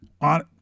on